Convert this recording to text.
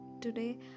today